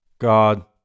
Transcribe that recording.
God